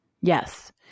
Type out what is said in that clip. Yes